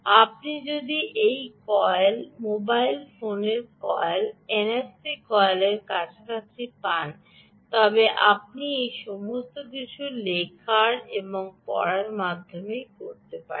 আপনি যদি এই কয়েল মোবাইল ফোনের কয়েল এনএফসি কয়েল এর কাছাকাছি পান তবে আপনি এই সমস্ত কিছুই লেখার এবং পড়ার মাধ্যমে করতে পারেন